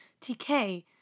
TK